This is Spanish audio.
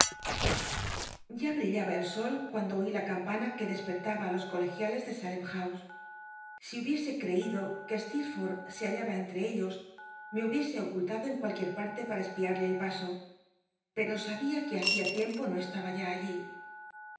ya brillaba el sol cuando oí la campana que des perlaba á los colegiales de salem house si hubiese creído que steerforth se hallaba en tre ellos me hubiese ocultado en cualquier parte para espiarle al paso pero sabia que hacia tiempo no estaba ya allí